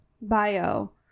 bio